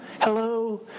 Hello